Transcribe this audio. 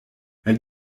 elle